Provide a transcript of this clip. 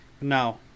Now